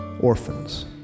orphans